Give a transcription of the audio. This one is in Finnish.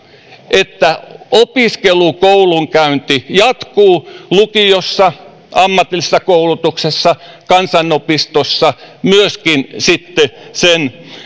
että opiskelu koulunkäynti jatkuu lukiossa ammatillisessa koulutuksessa kansanopistossa myöskin sen